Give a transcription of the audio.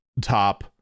Top